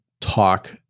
talk